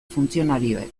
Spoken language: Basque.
funtzionarioek